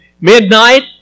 midnight